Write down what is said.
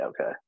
okay